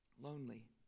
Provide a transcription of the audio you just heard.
lonely